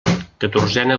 catorzena